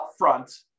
upfront